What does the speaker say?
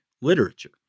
literature